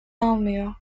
almıyor